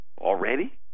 Already